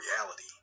reality